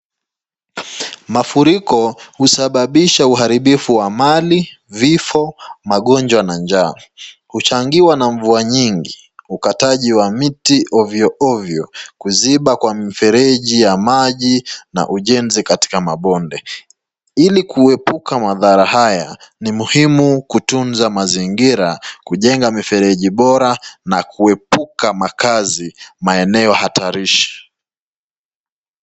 Mafuriko husababisha uharibifu wa mali, vifo, magonjwa na njaa. Huchangiwa na mvua nyingi, ukataji wa miti ovyo ovyo, kuziba kwa mifereji ya maji na ujenzi katika mabonde. Ili kuepuka madhara haya ni muhimu kutunza mazingira, kujenga mifereji bora na kuepuka makazi maeneo hatarishi.